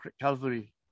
Calvary